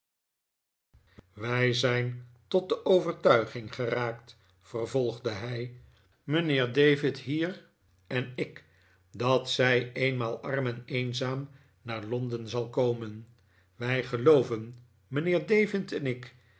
wij zijn tot de overtuiging geraakt vervolgde hij mijnheer david hier en ik dat zij eenmaal arm en eenzaam naar londen zal komen wij gelooven mijnheer david en ik